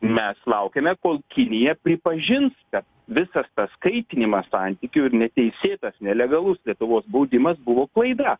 mes laukiame kol kinija pripažins kad visas tas kaitinimas santykių ir neteisėtas nelegalus lietuvos baudimas buvo klaida